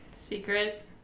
Secret